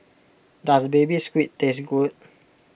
does Baby Squid taste good